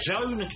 Joan